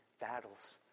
battles